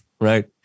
right